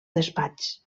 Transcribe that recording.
despatx